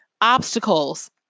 obstacles